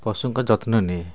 ପଶୁଙ୍କ ଯତ୍ନ ନିଏ